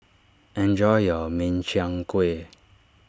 enjoy your Min Chiang Kueh